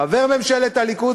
חבר ממשלת הליכוד,